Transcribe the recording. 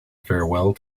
farewell